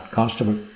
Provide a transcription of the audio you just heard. Constable